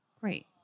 Great